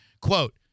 Quote